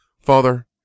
father